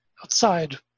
outside